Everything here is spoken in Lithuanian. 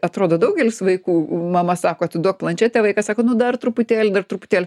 atrodo daugelis vaikų ų mama sako atiduok planšetę vaikas sako nu dar truputėlį dar truputėl